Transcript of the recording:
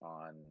on